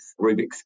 Rubik's